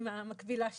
עם המקבילה שלי,